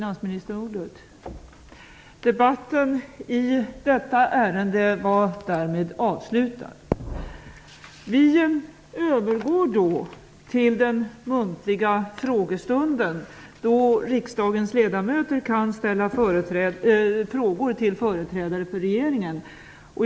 Vi övergår då till den muntliga frågestunden, då riksdagens ledamöter kan ställa frågor till företrädare för regeringen.